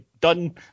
done